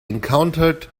encountered